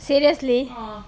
seriously